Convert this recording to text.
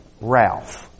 Ralph